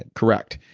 correct.